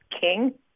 king